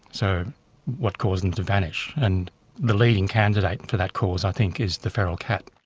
so what caused them to vanish? and the leading candidate for that cause i think is the feral cat.